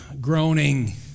groaning